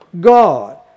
God